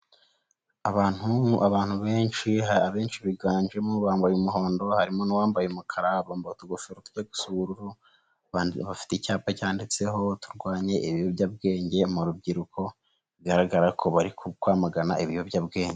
Abantu, abantu benshi, abenshi biganjemo bambaye umuhondo harimo n'uwambaye umukara bambaye utugofero tujya gusa ubururu, bafite icyapa cyanditseho turwanye ibiyobyabwenge mu rubyiruko bigaragara ko bari kwamagana ibiyobyabwenge.